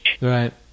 Right